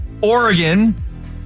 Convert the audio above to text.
Oregon